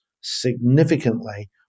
significantly